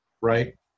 right